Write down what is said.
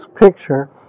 picture